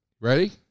Ready